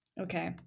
Okay